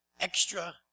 extra